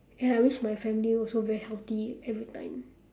ya I wish my family also very healthy every time